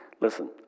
Listen